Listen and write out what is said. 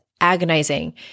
agonizing